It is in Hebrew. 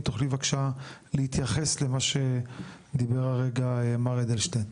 אם תוכלי בבקשה להתייחס על מה שדיבר הרגע מר אדלשטיין.